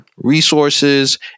Resources